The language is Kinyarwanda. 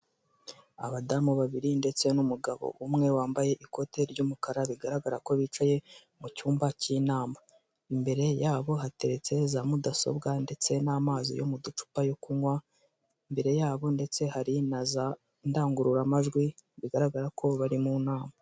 Abadamu babiri ndeste n'umugabo umwe wambaye ikote ry'umukara, bigaragara ko bicaye mu cyumba cy'inama. Imbere yabo hateretse za mudasobwa ndetse n'amazi yo mu ducupa yo kunywa, imbere yabo ndetse hari na za ndangururamajwi bigaragara ko bari mu nama.